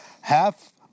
half